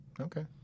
Okay